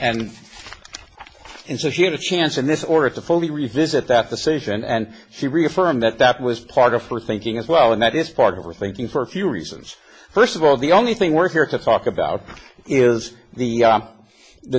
and and so she had a chance in this order to fully revisit that decision and she reaffirmed that that was part of her thinking as well and that is part of her thinking for a few reasons first of all the only thing worth here to talk about is the